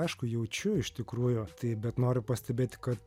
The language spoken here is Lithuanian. aišku jaučiu iš tikrųjų tai bet noriu pastebėti kad